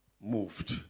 moved